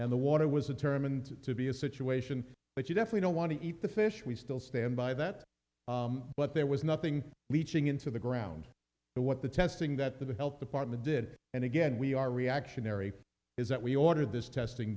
and the water was determined to be a situation but you definitely don't want to eat the fish we still stand by that but there was nothing reaching into the ground but what the testing that the health department did and again we are reactionary is that we ordered this testing